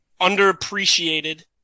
underappreciated